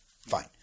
fine